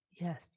Yes